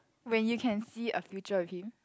when you can see a future with him